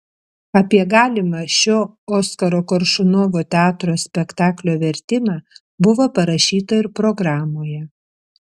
apie galimą šio oskaro koršunovo teatro spektaklio vertimą buvo parašyta ir programoje